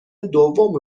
دوم